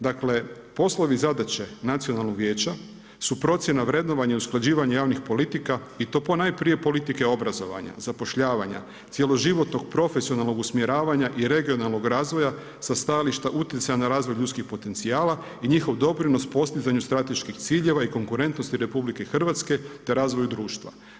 Dakle poslovi i zadaće Nacionalnog vijeća su procjena vrednovanja i usklađivanja javnih politika i to ponajprije politike obrazovanja, zapošljavanja, cjeloživotnog profesionalnog usmjeravanja i regionalnog razvoja sa stajališta utjecaja na razvoj ljudskih potencijala i njihov doprinos postizanju strateških ciljeva i konkurentnosti RH te razvoju društva.